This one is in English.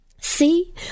See